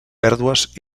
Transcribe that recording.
pèrdues